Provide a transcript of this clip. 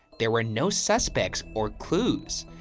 there were no suspects or clues.